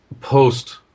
post